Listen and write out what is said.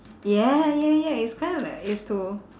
yeah ya ya it's kind of like it's to